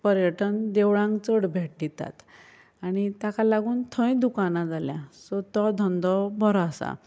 पर्यटन देवळांक चड भेट दितात आनी ताका लागून थंय दुकानां जाल्यां सो तो धंदो बरो आसा